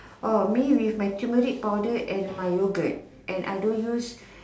oh me with my turmeric power and my yogurt and I don't use